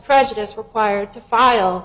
prejudice required to file